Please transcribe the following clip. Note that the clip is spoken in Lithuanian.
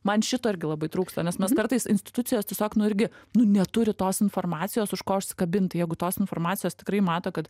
man šito irgi labai trūksta nes mes kartais institucijos tiesiog nu irgi nu neturi tos informacijos už ko užsikabint jeigu tos informacijos tikrai mato kad